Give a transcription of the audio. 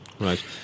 Right